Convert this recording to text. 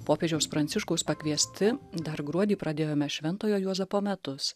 popiežiaus pranciškaus pakviesti dar gruodį pradėjome šventojo juozapo metus